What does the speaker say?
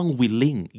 willing